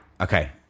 Okay